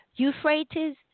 Euphrates